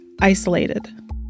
isolated